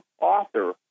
author